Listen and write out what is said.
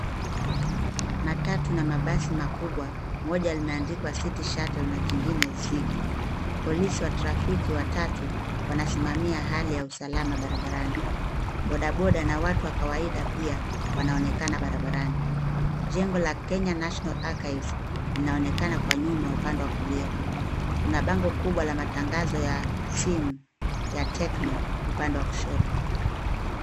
Matatu na mabasi makubwa, moja limeandikwa City Shuttle na jingine Zigi. Polisi wa trafiki watatu wanasimamia hali ya usalama barabarani. Bodaboda na watu wa kawaida pia wanaonekana barabarani. Jengo la Kenya National Archives linaonekana kwa nyuma upande wa kulia. Kuna bango kubwa la matangazo ya simu ya Tecno upande wa kushoto.